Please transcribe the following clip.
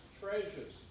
treasures